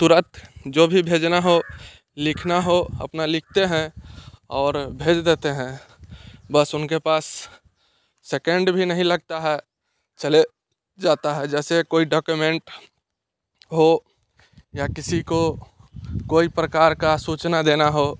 तुरंत जो भी भेजना हो लिखना हो अपना लिखते हैं और भेज देते हैं बस उनके पास सेकेंड भी नहीं लगता है चले जाता है जैसे कोई डोक्यमेंट हो या किसी को कोई प्रकार का सूचना देना हो